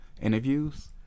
interviews